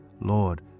Lord